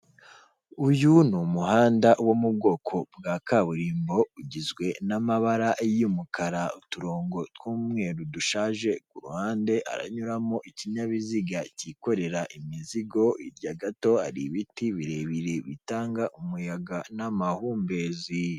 Uyu ni umuhanda wo mu bwoko bwa kaburimbo, ugizwe n'amabara y'umukara, uturongo tw'umweru dushaje, ku ruhande haranyuramo ikinyabiziga cyikorera imizigo, hirya gato hari ibiti birebire, bitanga umuyaga n'amahumbezi.